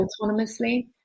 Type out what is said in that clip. autonomously